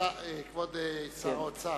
כבוד שר האוצר,